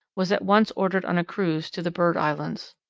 was at once ordered on a cruise to the bird islands.